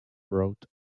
wrote